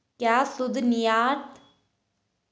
क्या शुद्ध निर्यात सकल घरेलू उत्पाद का एक घटक है?